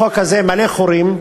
החוק הזה מלא חורים.